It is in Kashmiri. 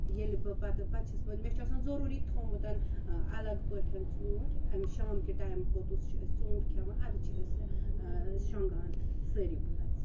ییٚلہ بہٕ پَتہٕ پَتہٕ چھس بہٕ مےٚ چھُ آسان ضرٗوری تھومُتن الگ پٲٹھۍ ژوٗنٹھ امہِ شامہٕ کہ ٹایمہ پوٚتس چھِ أسۍ ژوٗنٹھ کھیٚوان ادٕ چھِ أسۍ شونگان سٲری بٲژ